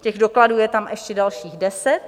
Těch dokladů je tam ještě dalších deset.